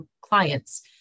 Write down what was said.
clients